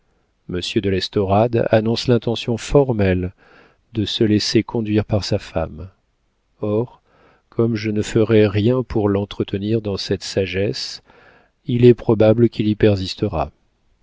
monsieur de l'estorade annonce l'intention formelle de se laisser conduire par sa femme or comme je ne ferai rien pour l'entretenir dans cette sagesse il est probable qu'il y persistera